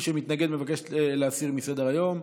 מי שמתנגד מבקש להסיר מסדר-היום.